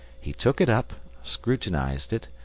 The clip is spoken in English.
he took it up, scrutinised it,